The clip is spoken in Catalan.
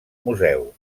museu